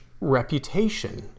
reputation